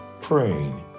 praying